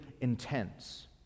intense